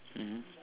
mmhmm